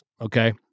Okay